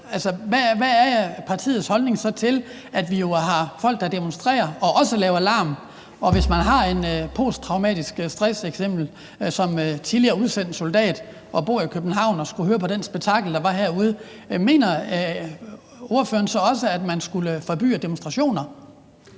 hvad er så partiets holdning til, at vi jo har folk, der demonstrerer og også laver larm? Man kan f.eks. som tidligere soldat have posttraumatisk stress og bo i København og skulle høre på det spektakel, der var herude. Mener ordføreren så også, at man skal forbyde demonstrationer?